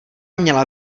měla